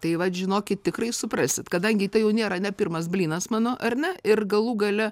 tai vat žinokit tikrai suprasit kadangi tai jau nėra ne pirmas blynas mano ar ne ir galų gale